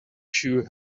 shoe